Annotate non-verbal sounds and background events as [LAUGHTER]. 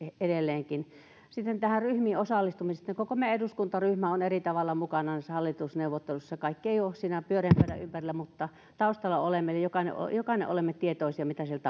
edelleenkin sitten tästä ryhmiin osallistumisesta koko meidän eduskuntaryhmämme on eri tavalla mukana näissä hallitusneuvotteluissa kaikki eivät ole siinä pyöreän pöydän ympärillä mutta taustalla olemme eli meistä jokainen on tietoinen mitä siellä [UNINTELLIGIBLE]